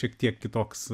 šiek tiek kitoks